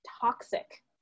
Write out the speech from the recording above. toxic